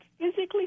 physically